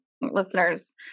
Listeners